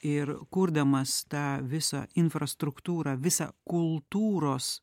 ir kurdamas tą visą infrastruktūrą visą kultūros